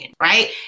right